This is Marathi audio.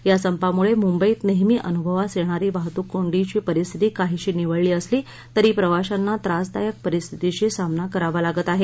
या संपामुळे मुंबईत नेहमी अनुभवास येणारी वाहतुक गोंडीची परिस्थिती काहीशी निवळली असली तरी प्रवाश्यांना त्रासदायक परिस्थितीशी सामना करावा लागत आहे